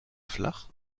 flach